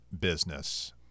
business